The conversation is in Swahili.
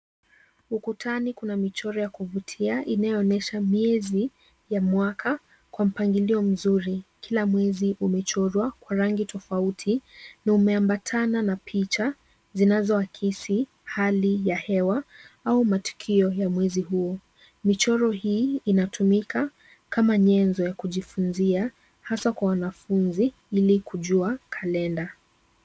Ukutani kuna michoro ya kuvutia inayoonyesha miezi ya mwaka kwa mpangilio mzuri. Kila mwezi umechorwa kwa rangi tofauti na umeambatana na picha zinazoakisi hali ya hewa au matukio ya mwezi huo. Michoro hii inatumika kama nyenzo ya kujifunzia hasa kwa wanafunzi ili kujua kalenda.